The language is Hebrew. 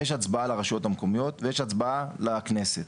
יש הצבעה לרשויות המקומיות ויש הצבעה לכנסת,